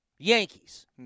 Yankees